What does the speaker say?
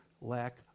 lack